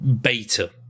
beta